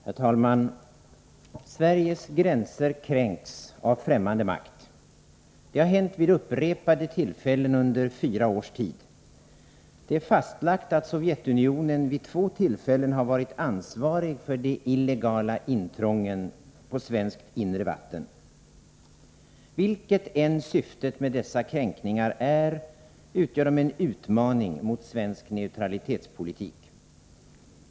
Herr talman! Sveriges gränser kränks av främmande makt. Det har hänt vid upprepade tillfällen under fyra års tid. Det är fastlagt att Sovjetunionen vid två tillfällen har varit ansvarig för de illegala intrången på svenskt inre vatten. Vilket än syftet med dessa kränkningar är, utgör de en utmaning mot svensk neutralitetspolitik.